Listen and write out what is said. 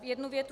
Jednu větu.